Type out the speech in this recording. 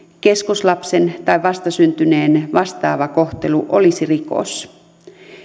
keskoslapsen tai vastasyntyneen vastaava kohtelu olisi rikos